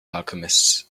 alchemist